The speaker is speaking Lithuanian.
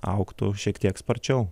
augtų šiek tiek sparčiau